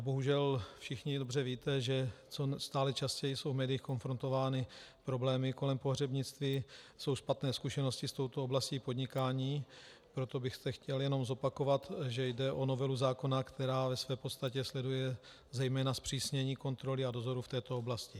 Bohužel všichni dobře víte, že stále častěji jsou médii konfrontovány problémy kolem pohřebnictví, jsou špatné zkušenosti s touto oblastí podnikání, proto bych zde chtěl jenom zopakovat, že jde o novelu zákona, která ve své podstatě sleduje zejména zpřísnění kontroly a dozoru v této oblasti.